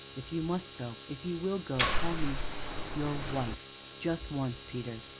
if you must go if you will go, call me your wife just once, peter.